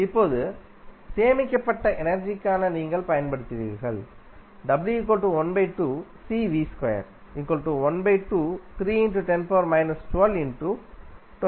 இப்போது சேமிக்கப்பட்ட எனர்ஜிக்காக நீங்கள் பயன்படுத்துவீர்கள் pJ